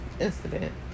incident